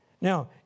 Now